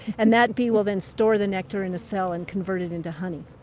and that bee will then store the nectar in a cell and convert it into honey.